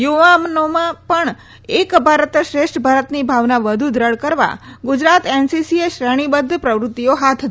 યુવાનોમાં પણ એક ભારત શ્રેષ્ઠ ભારતની ભાવના વધુ દ્રઢ કરવા ગુજરાત એનસીસીએ શ્રેણીબદ્વ પ્રવૃત્તિઓ હાથ ધરી છે